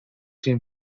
team